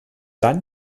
dann